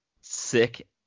sick